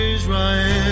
Israel